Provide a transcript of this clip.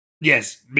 Yes